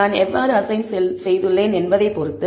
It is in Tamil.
நான் எவ்வாறு அஸைன் செய்துள்ளேன் என்பதைப் பொறுத்தது